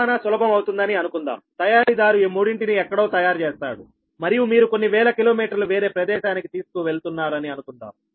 రవాణా సులభం అవుతుందని అనుకుందాం తయారీదారు ఈ మూడింటిని ఎక్కడో తయారు చేస్తాడు మరియు మీరు కొన్ని వేల కిలోమీటర్లు వేరే ప్రదేశానికి తీసుకువెళుతున్నారని అనుకుందాం